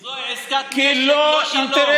כי זו עסקת נשק, לא שלום.